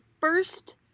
first